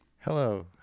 Hello